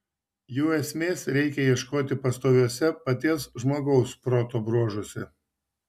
jų esmės reikia ieškoti pastoviuose paties žmogaus proto bruožuose